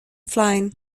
flying